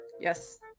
Yes